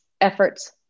efforts